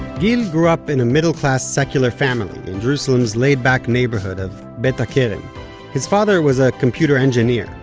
gil grew up in a middle-class secular family in jerusalem's laid-back neighborhood of beit hakerem. his father was a computer engineer,